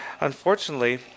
Unfortunately